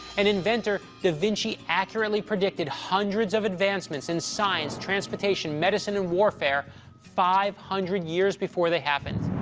an inventor, da vinci accurately predicted hundreds of advancements in science, transportation, medicine, and warfare five hundred years before they happened.